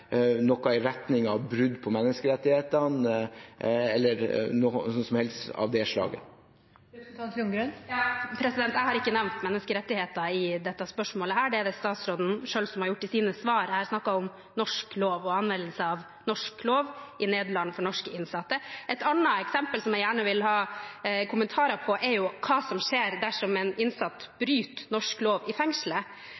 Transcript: noe i retning av brudd på menneskerettighetene eller noe slikt. Jeg har ikke nevnt menneskerettigheter i dette spørsmålet, det er det statsråden selv som har gjort i sine svar. Jeg har snakket om norsk lov og anvendelse av norsk lov i Nederland for norske innsatte. Et annet eksempel som jeg gjerne vil ha kommentarer på, er hva som skjer dersom en innsatt